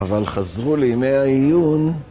אבל חזרו לימי העיון